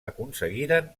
aconseguiren